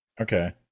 Okay